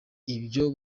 ibyo